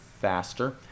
faster